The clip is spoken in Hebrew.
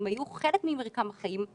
שהם היו חלק ממרקם החיים,